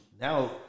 now